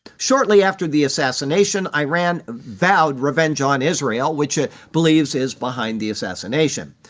shortly after the assassination, iran vowed revenge on israel, which it believes is behind the assassination.